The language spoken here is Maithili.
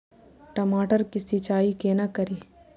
टमाटर की सीचाई केना करी?